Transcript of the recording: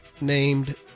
named